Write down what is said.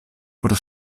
por